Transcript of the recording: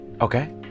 okay